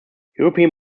european